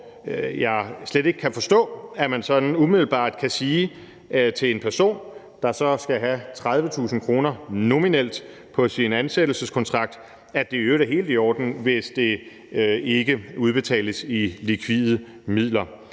jeg slet ikke kan forstå, at man sådan umiddelbart kan sige til en person, der så skal have 30.000 kr. nominelt på sin ansættelseskontrakt, at det i øvrigt er helt i orden, hvis det ikke udbetales i likvide midler.